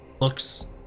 looks